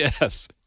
Yes